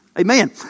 Amen